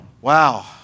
wow